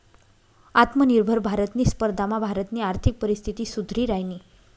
आत्मनिर्भर भारतनी स्पर्धामा भारतनी आर्थिक परिस्थिती सुधरि रायनी